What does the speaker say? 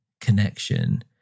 connection